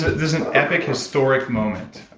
this is an epic, historic moment.